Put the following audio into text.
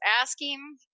asking